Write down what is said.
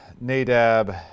Nadab